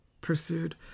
pursued